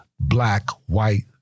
black-white